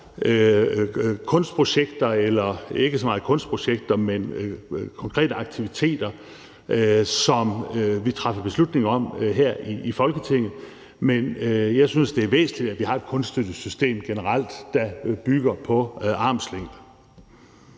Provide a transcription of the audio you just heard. på. Jo, der er da også kunstprojekter eller konkrete aktiviteter, som vi træffer beslutning om her i Folketinget, men jeg synes, det er væsentligt, at vi generelt har et kunststøttesystem, der bygger på armslængdeprincippet.